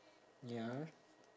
ya